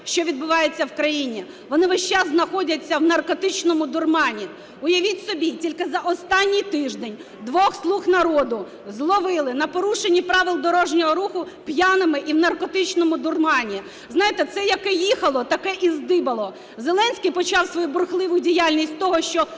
що відбувається в країні, вони весь час знаходяться в наркотичному дурмані. Уявіть собі, тільки за останній тиждень двох "слуг народу" зловили на порушені правил дорожнього руху п'яними і в наркотичному дурмані. Знаєте, це яке їхало - таке і здибало. Зеленський почав свою бурхливу діяльність з того, що